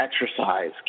exercise